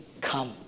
come